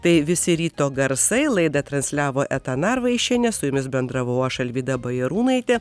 tai visi ryto garsai laidą transliavo eta narvaišienė su jumis bendravau aš alvyda bajarūnaitė